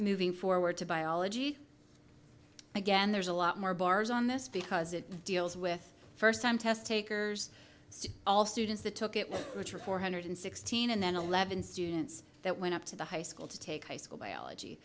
moving forward to biology again there's a lot more bars on this because it deals with first time test takers to all students that took it with richard four hundred sixteen and then eleven students that went up to the high school to take high school biology